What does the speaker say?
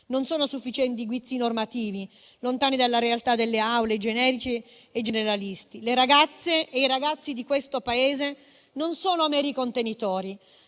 non sono sufficienti guizzi normativi, lontani dalla realtà delle aule, generici e generalisti. Le ragazze e i ragazzi di questo Paese non sono meri contenitori